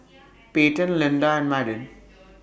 Payten Linda and Madden